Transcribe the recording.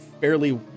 fairly